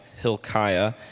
Hilkiah